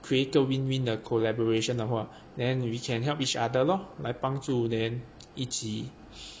create 一个 win win 的 collaboration 的话 then we can help each other lor like 帮助 then 一起